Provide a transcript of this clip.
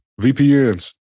VPNs